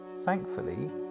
Thankfully